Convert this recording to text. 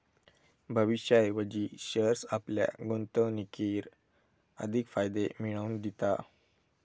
भविष्याऐवजी शेअर्स आपल्या गुंतवणुकीर अधिक फायदे मिळवन दिता